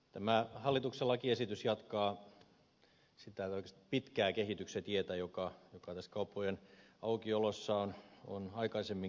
tämä hallituksen lakiesitys jatkaa sitä pitkää kehityksen tietä joka tässä kauppojen aukiolossa on aikaisemmin käyty